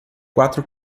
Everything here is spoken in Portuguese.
quatro